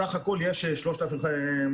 בסך הכול יש 3,000 חוקרים,